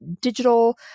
digital